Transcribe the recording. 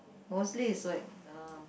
mostly is so